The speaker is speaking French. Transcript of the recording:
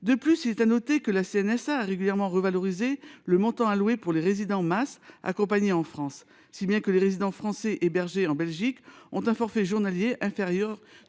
De plus, il est à noter que la CNSA a régulièrement revalorisé le montant alloué pour les résidents des MAS accompagnés en France, au point que les résidents français hébergés en Belgique ont un forfait journalier inférieur